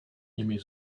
nimi